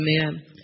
Amen